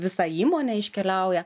visa įmonė iškeliauja